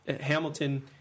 Hamilton